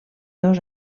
dos